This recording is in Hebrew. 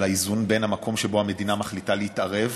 על האיזון בין המקום שבו המדינה מחליטה להתערב